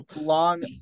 long